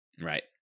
right